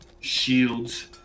Shields